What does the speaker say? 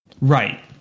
Right